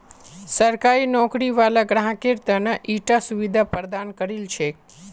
सरकारी नौकरी वाला ग्राहकेर त न ईटा सुविधा प्रदान करील छेक